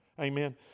Amen